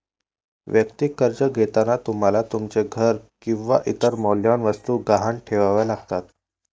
वैयक्तिक कर्ज घेताना तुम्हाला तुमचे घर किंवा इतर मौल्यवान वस्तू गहाण ठेवाव्या लागतात